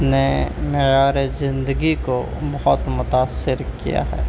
نے معیارِ زندگی کو بہت متاثر کیا ہے